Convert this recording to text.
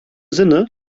sinne